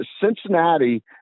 Cincinnati